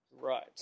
Right